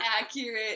accurate